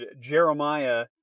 Jeremiah